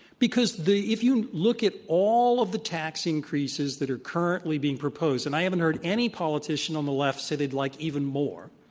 because the if you look at all of the tax increases that are currently being proposed, and i haven't heard any politician on the left say they'd like even more,